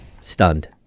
Stunned